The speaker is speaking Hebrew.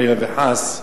חלילה וחס.